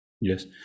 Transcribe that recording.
yes